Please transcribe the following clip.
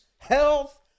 Health